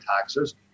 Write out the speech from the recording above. taxes